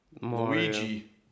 Luigi